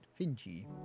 Finchy